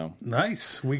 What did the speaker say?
Nice